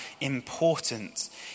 important